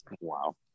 Wow